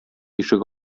ишек